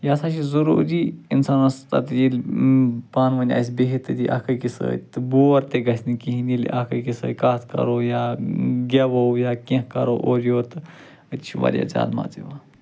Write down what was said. یہِ ہسا چھِ ضٔروٗری انسانَس تَتہِ ییٚلہِ پانہٕ ؤنۍ آسہِ بِہتھ تٔتی اکھ أکِس سۭتۍ تہٕ بور تہِ گژھِ نہٕ کِہیٖنۍ ییٚلہِ اکھ أکِس سۭتۍ کَتھ کرو یا گٮ۪وو یا کیٚنٛہہ کَرو اورٕ یورٕ تہٕ أتی چھُ واریاہ زیادٕ مزٕ یِوان